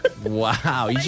Wow